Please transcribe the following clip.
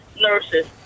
nurses